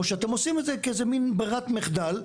או שאתם עושים את זה כמין ברירת מחדל,